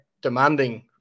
demanding